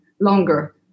longer